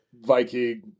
Viking